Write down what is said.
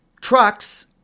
trucks